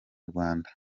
rwanda